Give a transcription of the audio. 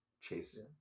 chase